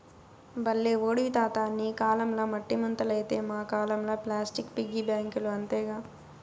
బల్లే ఓడివి తాతా నీ కాలంల మట్టి ముంతలైతే మా కాలంల ప్లాస్టిక్ పిగ్గీ బాంకీలు అంతేగా